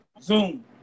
zoom